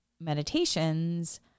meditations